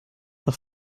nach